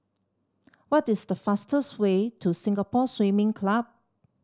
what is the fastest way to Singapore Swimming Club